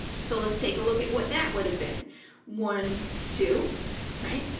so let's take a look at what that would have been one two right?